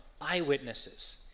eyewitnesses